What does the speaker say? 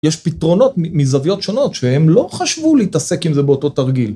יש פתרונות מ-מזוויות שונות שהם לא חשבו להתעסק עם זה באותו תרגיל.